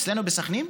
אצלנו בסח'נין,